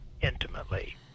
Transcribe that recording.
intimately